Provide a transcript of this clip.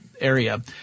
area